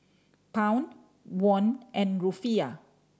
Pound Won and Rufiyaa